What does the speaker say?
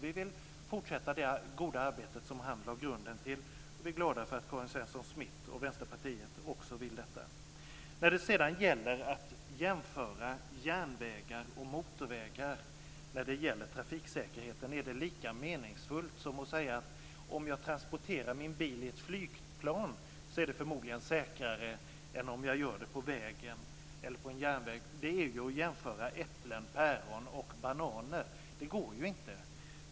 Vi vill fortsätta det goda arbete som han lade grunden till, och vi är glada att Karin Svensson Smith och Vänsterpartiet också vill detta. Att jämföra järnvägar och motorvägar när det gäller trafiksäkerheten är lika meningsfullt som att säga att om jag transporterar min bil i ett flygplan så är det förmodligen säkrare än om jag gör det på en väg eller en järnväg. Det är ju att jämföra äpplen, päron och bananer. Det går inte.